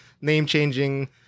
name-changing